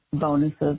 bonuses